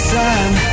time